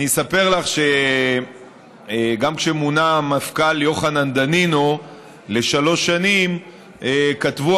אני אספר לך שגם כשמונה המפכ"ל יוחנן דנינו לשלוש שנים כתבו